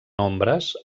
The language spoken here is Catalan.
nombres